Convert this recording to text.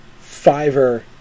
Fiverr